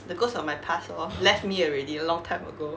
the ghost of my past lor left me already long time ago